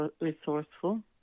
resourceful